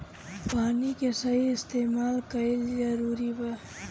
पानी के सही इस्तेमाल कइल जरूरी बा